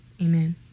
amen